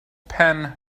penn